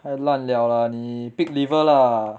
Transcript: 太烂了啦你 pig liver lah